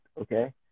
okay